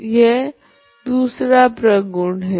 यह दूसरा प्रगुण है